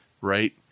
Right